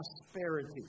prosperity